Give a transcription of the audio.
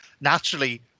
naturally